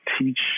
teach